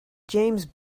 james